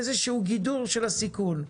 איזשהו גידור של הסיכון.